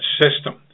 system